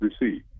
receive